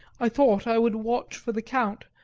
i thought i would watch for the count,